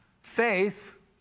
Faith